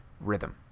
rhythm